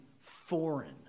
foreign